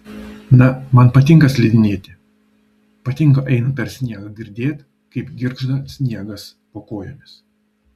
na man patinka slidinėti patinka einant per sniegą girdėt kaip girgžda sniegas po kojomis